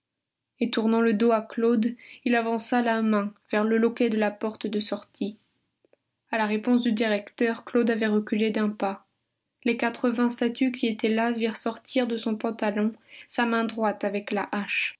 et tournant le dos à claude il avança la main vers le loquet de la porte de sortie à la réponse du directeur claude avait reculé d'un pas les quatrevingts statues qui étaient là virent sortir de son pantalon sa main droite avec la